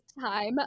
time